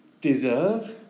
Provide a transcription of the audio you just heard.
deserve